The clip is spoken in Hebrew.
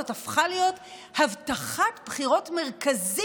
זאת הפכה להיות הבטחת בחירות מרכזית